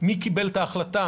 מי קיבל את ההחלטה,